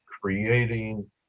creating